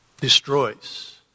destroys